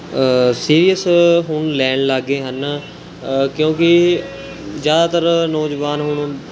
serious ਹੁਣ ਲੈਣ ਲੱਗ ਗਏ ਹਨ ਕਿਉਂਕਿ ਜ਼ਿਆਦਾਤਰ ਨੌਜਵਾਨ ਹੁਣ